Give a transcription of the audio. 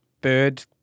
bird